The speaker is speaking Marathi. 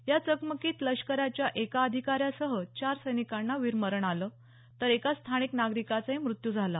या चकमकीत लष्कराच्या एका अधिकाऱ्यासह चार सैनिकांना वीरमरण आलं तर एका स्थानिक नागरिकाचाही मृत्यू झाला